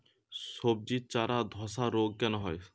সবজির চারা ধ্বসা রোগ কেন হয়?